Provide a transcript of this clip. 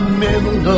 middle